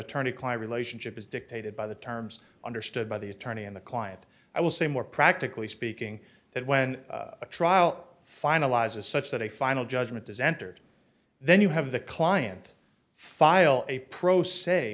attorney client relationship is dictated by the terms understood by the attorney and the client i will say more practically speaking that when a trial finalize is such that a final judgment is entered then you have the client file a pro s